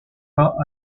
pas